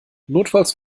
notfalls